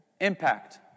impact